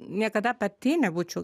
niekada pati nebūčiau